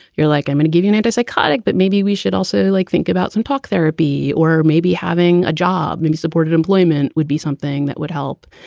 you're like, i'm and giving it a psychotic. but maybe we should also, like, think about some talk therapy or maybe having a job, maybe supported employment would be something that would help.